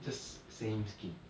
just send him skin